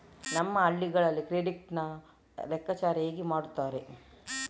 ನಮ್ಮ ಹಳ್ಳಿಗಳಲ್ಲಿ ಕ್ರೆಡಿಟ್ ನ ಲೆಕ್ಕಾಚಾರ ಹೇಗೆ ಮಾಡುತ್ತಾರೆ?